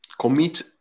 commit